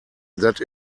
that